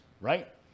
right